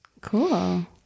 Cool